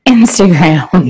Instagram